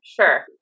sure